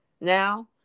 now